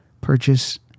purchase